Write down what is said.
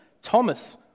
Thomas